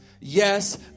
Yes